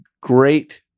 great